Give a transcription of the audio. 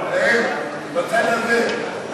להם, בצד הזה.